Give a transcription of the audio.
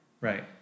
right